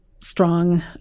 strong